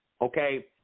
okay